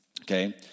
Okay